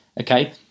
okay